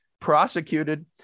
prosecuted